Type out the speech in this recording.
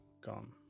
gone